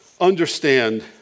understand